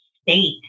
state